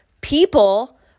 people